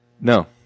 No